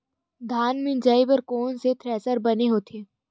धान मिंजई बर कोन से थ्रेसर बने होथे?